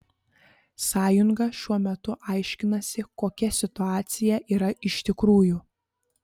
sąjunga šiuo metu aiškinasi kokia situacija yra iš tikrųjų